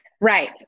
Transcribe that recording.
Right